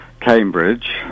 Cambridge